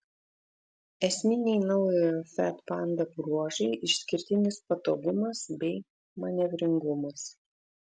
esminiai naujojo fiat panda bruožai išskirtinis patogumas bei manevringumas